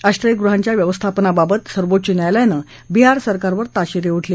आश्रयगृहांच्या व्यवस्थापनाबाबत सर्वोच्च न्यायालयानं बिहार सरकारवर ताशेरे ओढले